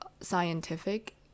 scientific